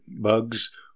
bugs